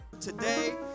Today